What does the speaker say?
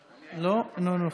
איננה,